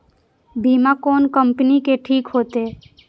बीमा कोन कम्पनी के ठीक होते?